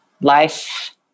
life